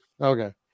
Okay